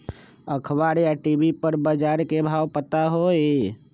अखबार या टी.वी पर बजार के भाव पता होई?